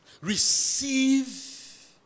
Receive